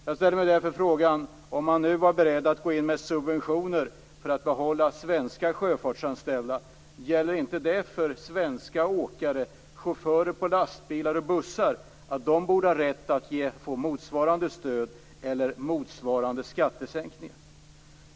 Jag ställer mig frågan: Om man nu var beredd att gå in med subventioner för att behålla svenska sjöfartsanställda, gäller inte det för svenska åkare, chaufförer för lastbilar och bussar, att de borde ha rätt att få motsvarande stöd eller motsvarande skattesänkningar?